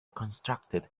constructed